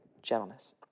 gentleness